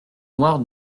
noires